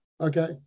Okay